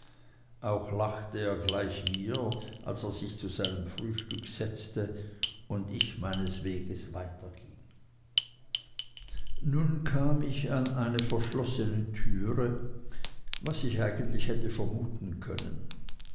auch lachte er gleich mir als er sich zu seinem frühstück setzte und ich meines weges weiterging nun kam ich an eine verschlossene türe was ich eigentlich hätte vermuten können